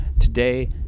today